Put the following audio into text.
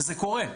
וזה קורה.